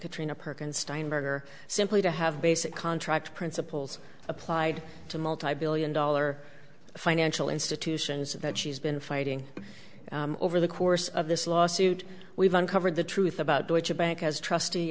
katrina perkins steinberger simply to have basic contract principles applied to multibillion dollar financial institutions that she's been fighting over the course of this lawsuit we've uncovered the truth about deutsche bank as trustee